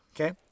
Okay